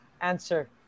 answer